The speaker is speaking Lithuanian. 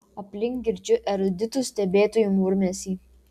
aplink girdžiu eruditų stebėtojų murmesį